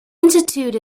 institute